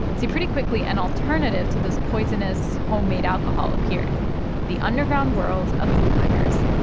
see, pretty quickly, an alternative to this poisonous homemade alcohol appeared the underground world of bootleggers.